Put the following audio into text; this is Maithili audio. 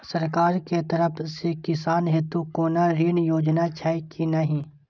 सरकार के तरफ से किसान हेतू कोना ऋण योजना छै कि नहिं?